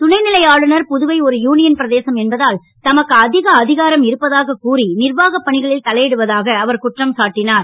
துணைநிலை ஆளுனர் புதுவை ஒரு யூனியன் பிரதேசம் என்பதால் தமக்கு அதிக அதிகாரம் இருப்பதாகக் கூறி நிர்வாகப் பணிகளில் தலையிடுவதாக அவர் குற்றம் சாட்டினார்